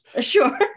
Sure